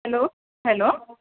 hello hello